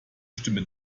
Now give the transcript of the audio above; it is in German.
stimme